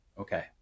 okay